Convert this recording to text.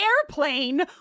airplane